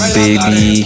baby